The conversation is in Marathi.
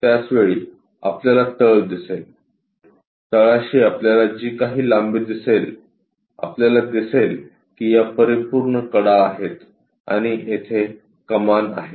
त्याच वेळी आपल्याला तळ दिसेल तळाशी आपल्याला जी काही लांबी दिसेल आपल्याला दिसेल की या परिपूर्ण कडा आहेत आणि तेथे कमान आहे